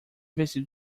vestido